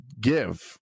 give